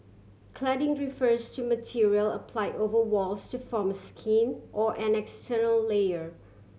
cladding refers to material applied over walls to form skin or an external layer